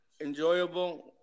enjoyable